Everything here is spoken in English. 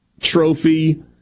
Trophy